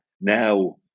Now